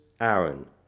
Aaron